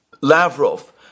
Lavrov